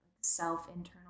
self-internal